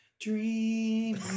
Dream